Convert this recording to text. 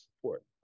support